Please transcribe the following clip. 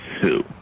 two